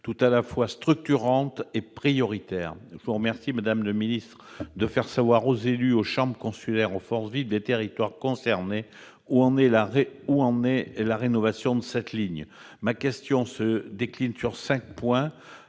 tout à la fois « structurante » et « prioritaire ». Je vous remercie donc, madame la secrétaire d'État, de faire savoir aux élus, aux chambres consulaires et aux forces vives des territoires concernés où en est la rénovation de cette ligne. Ma question se déclinera en cinq points.